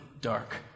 dark